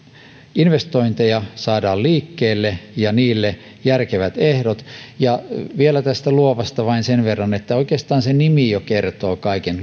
investointeja saadaan liikkeelle ja niille järkevät ehdot vielä tästä luovasta vain sen verran että oikeastaan se nimi jo kertoo kaiken